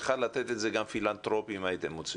יכל לתת את זה גם פילנתרופ אם הייתם מוצאים.